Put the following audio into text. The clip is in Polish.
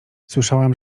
słyszałam